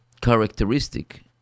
characteristic